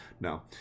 no